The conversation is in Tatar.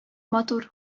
матур